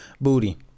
booty